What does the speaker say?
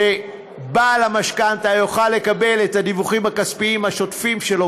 שבעל המשכנתה יוכל לקבל את הדיווחים הכספיים השוטפים שלו